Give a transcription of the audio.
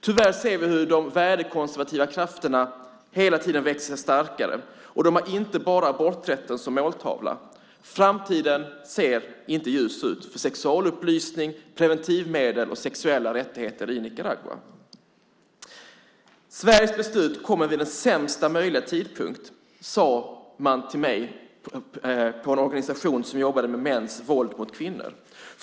Tyvärr ser vi hur de värdekonservativa krafterna hela tiden växer sig starkare, och de har inte bara aborträtten som måltavla. Framtiden ser inte ljus ut för sexualupplysning, preventivmedel och sexuella rättigheter i Nicaragua. Sveriges beslut kommer vid sämsta möjliga tidpunkt, sade man till mig på en organisation som jobbar med mäns våld mot kvinnor.